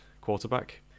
quarterback